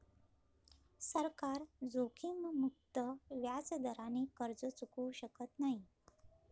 सरकार जोखीममुक्त व्याजदराने कर्ज चुकवू शकत नाही